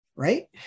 right